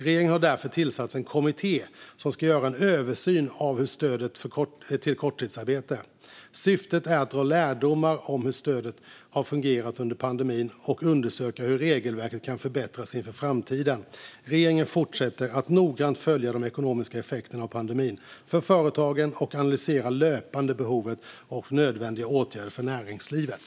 Regeringen har därför tillsatt en kommitté som ska göra en översyn av stödet vid korttidsarbete. Syftet är att dra lärdomar om hur stödet har fungerat under pandemin och undersöka hur regelverket kan förbättras inför framtiden. Regeringen fortsätter att noggrant följa de ekonomiska effekterna av pandemin för företagen och analyserar löpande behovet av nödvändiga åtgärder för näringslivet.